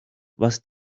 was